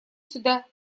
сюда